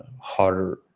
harder